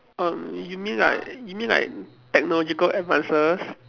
um you mean like you mean like technological advances